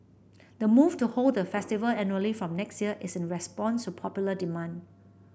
the move to hold the festival annually from next year is in response to popular demand